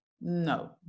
no